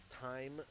time